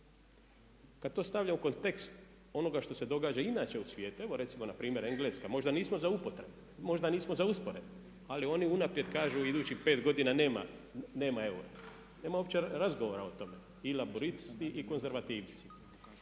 Kad to stavlja u kontekst onoga što se događa i inače u svijetu, evo recimo na primjer Engleska. Možda nismo za upotrebu, možda nismo za usporedbu ali oni unaprijed kažu u idućih pet godina nema eura, nema uopće razgovora o tome i laburisti i konzervativci.